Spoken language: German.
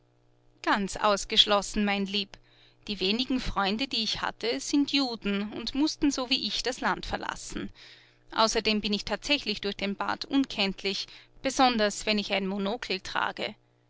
ganz ausgeschlossen mein lieb die wenigen freunde die ich hatte sind juden und mußten so wie ich das land verlassen außerdem bin ich tatsächlich durch den bart unkenntlich besonders wenn ich ein monokel trage